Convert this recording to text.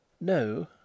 No